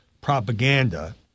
propaganda